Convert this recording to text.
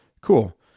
cool